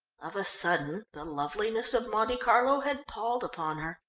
of a sudden the loveliness of monte carlo had palled upon her,